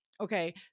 Okay